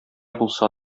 булса